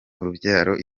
urubyaro